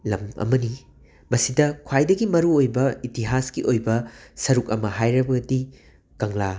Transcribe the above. ꯂꯝ ꯑꯃꯅꯤ ꯃꯁꯤꯗ ꯈ꯭ꯋꯥꯏꯗꯒꯤ ꯃꯔꯨꯑꯣꯏꯕ ꯏꯇꯤꯍꯥꯁꯀꯤ ꯑꯣꯏꯕ ꯁꯔꯨꯛ ꯑꯃ ꯍꯥꯏꯔꯕꯗꯤ ꯀꯪꯂꯥ